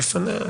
בזהירות אומר,